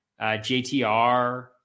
JTR